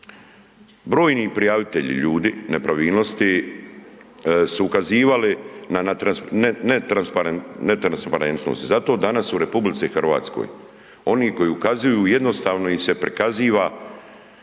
Brojni prijavitelji ljudi nepravilnosti su ukazivali na netransparentnost. Zato danas u RH oni koji ukazuju jednostavno ih se prikaziva